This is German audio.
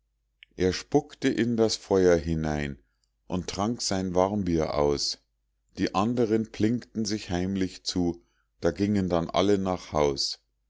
er spuckte in das feuer hinein und trank sein warmbier aus die anderen plinkten sich heimlich zu und gingen dann alle nach haus